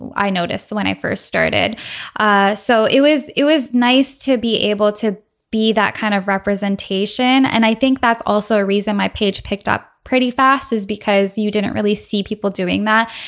i noticed that when i first started ah so it was it was nice to be able to be that kind of representation. and i think that's also a reason my page picked up pretty fast is because you didn't really see people doing that.